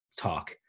talk